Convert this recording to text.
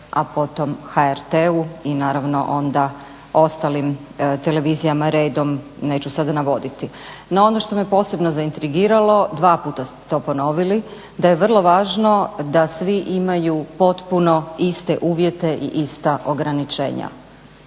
a potom HRT-u i naravno onda ostalim televizijama redom, neću sada navoditi. No ono što me posebno zaintrigiralo, dva puta ste to ponovili, da je vrlo važno da svi imaju potpuno iste uvjete i ista ograničenja.